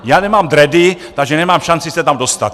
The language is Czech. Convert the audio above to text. Já nemám dredy, takže nemám šanci se tam dostat.